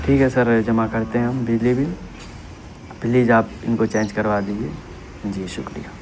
ٹھیک ہے سر جمع کرتے ہیں ہم بجلی بل پلیج آپ ان کو چینج کروا دیجیے جی شکریہ